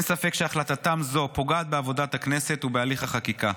אין ספק שהחלטתם זו פוגעת בעבודת הכנסת ובהליך החקיקה.